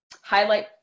highlight